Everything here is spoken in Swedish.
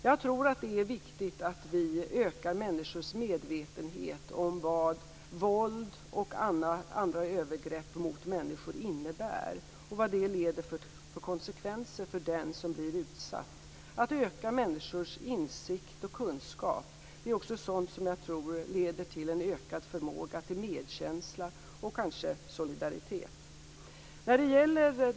Jag tror att det är viktigt att vi ökar människors medvetenhet om vad våld och andra övergrepp mot människor innebär och vad det får för konsekvenser för den som blir utsatt. Att öka människors insikt och kunskaper är sådant som jag tror leder till en ökad förmåga till medkänsla och kanske solidaritet.